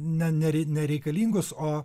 ne ne ne nereikalingus o